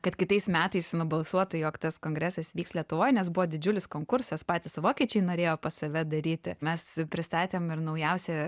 kad kitais metais nubalsuotų jog tas kongresas vyks lietuvoj nes buvo didžiulis konkursas patys vokiečiai norėjo pas save daryti mes pristatėm ir naujausią